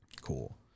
Cool